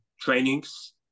trainings